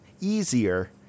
easier